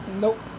Nope